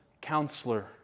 counselor